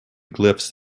glyphs